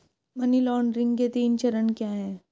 Money laundering के तीन चरण क्या हैं?